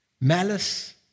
malice